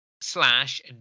slash